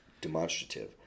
demonstrative